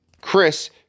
Chris